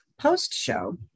Post-show